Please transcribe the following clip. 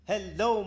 Hello